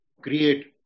create